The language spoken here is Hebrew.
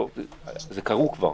זה קרה כבר.